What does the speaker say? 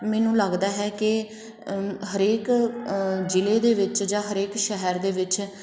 ਮੈਨੂੰ ਲਗਦਾ ਹੈ ਕਿ ਹਰੇਕ ਜ਼ਿਲ੍ਹੇ ਵਿੱਚ ਜਾਂ ਹਰੇਕ ਸ਼ਹਿਰ ਦੇ ਵਿੱਚ